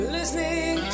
listening